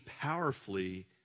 powerfully